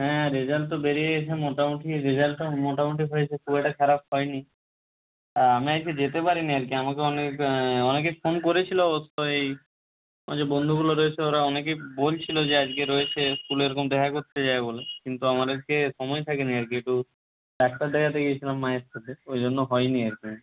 হ্যাঁ রেজাল্ট তো বেরিয়ে গেছে মোটামুটি রেজাল্টটা মোটামুটি হয়েছে খুব একটা খারাপ হয়নি আর আমি আজকে যেতে পারিনি আর কি আমাকে অনেক অনেকে ফোন করেছিল তো এই ওই যে বন্ধুগুলো রয়েছে ওরা অনেকেই বলছিল যে আজকে রয়েছে স্কুলে এরকম দেখা করতে যাবে বলে কিন্তু আমার আজকে সময় থাকেনি আর কি একটু ডাক্তার দেখাতে গিয়েছিলাম মায়ের সাথে ওই জন্য হয়নি আর কি